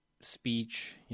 speech